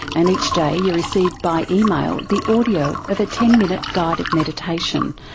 and each day you receive by email the audio of a ten minute guided meditation,